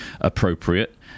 appropriate